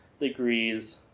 degrees